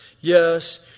Yes